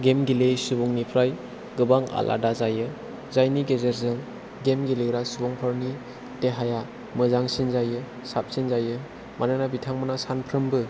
game गेलेयि सुबुंनिफ्राय गोबां आलादा जायो जायनि गेजेरजों गेम गेलेग्रा सुबुंफोरनि देहाया मोजांसिन जायो साबसिन जायो मानोना बिथांमोना सानफ्रोमबो